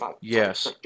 Yes